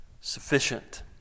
sufficient